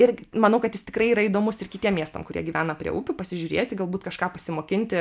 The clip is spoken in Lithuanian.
ir manau kad jis tikrai yra įdomus ir kitiem miestam kurie gyvena prie upių pasižiūrėti galbūt kažką pasimokinti